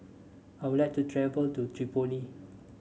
I would like to travel to Tripoli